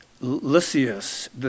Lysias